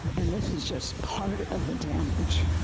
and this is just part of the damage.